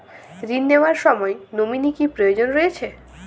ঋণ নেওয়ার সময় নমিনি কি প্রয়োজন রয়েছে?